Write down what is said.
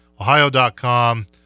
Ohio.com